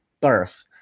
birth